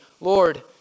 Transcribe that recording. Lord